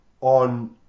on